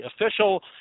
official